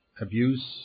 abuse